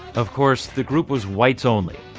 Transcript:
of course, the group was whites only.